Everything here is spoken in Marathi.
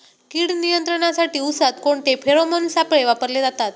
कीड नियंत्रणासाठी उसात कोणते फेरोमोन सापळे वापरले जातात?